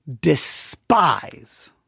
despise